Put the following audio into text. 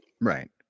Right